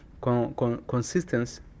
consistency